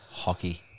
Hockey